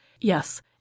Yes